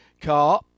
car